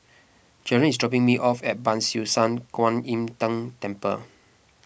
Jaron is dropping me off at Ban Siew San Kuan Im Tng Temple